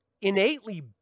innately